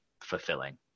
fulfilling